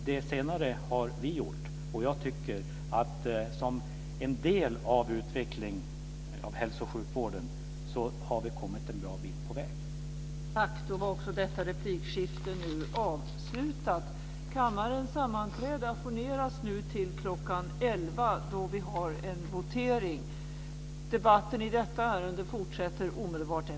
Det senare har vi gjort, och jag tycker att vi till en del har kommit en bra bit på väg med utvecklingen av hälsooch sjukvården.